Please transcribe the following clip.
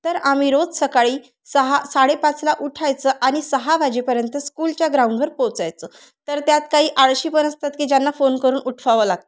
तर आम्ही रोज सकाळी सहा साडेपाचला उठायचं आणि सहा वाजेपर्यंत स्कूलच्या ग्राउंडवर पोहोचायचं तर त्यात काही आळशी पण असतात की ज्यांना फोन करून उठवावं लागतं